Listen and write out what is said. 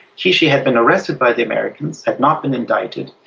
kishi had been arrested by the americans, had not been indicted,